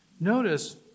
Notice